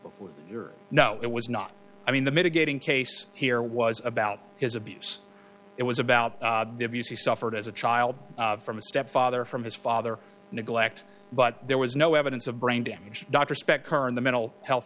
before your no it was not i mean the mitigating case here was about his abuse it was about the abuse he suffered as a child from a stepfather from his father neglect but there was no evidence of brain damage dr spect her and the mental health